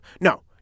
no